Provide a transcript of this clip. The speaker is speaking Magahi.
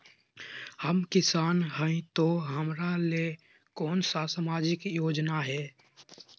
हम किसान हई तो हमरा ले कोन सा सामाजिक योजना है?